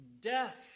death